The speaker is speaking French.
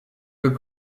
peu